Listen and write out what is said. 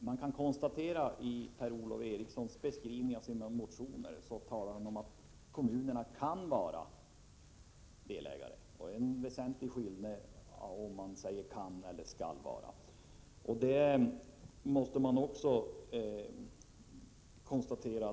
Herr talman! Per-Ola Eriksson säger i beskrivningen av sina motioner att kommunerna ”kan” vara delägare. Det är en väsentlig skillnad mellan ”kan” och ”skall”.